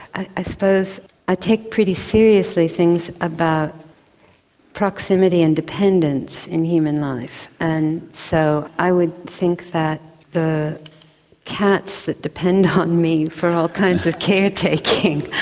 i suppose i take pretty seriously things about proximity and dependants in human life, and so i would think that the cats that depend on me for all kinds of caretaking,